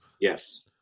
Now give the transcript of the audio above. Yes